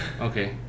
Okay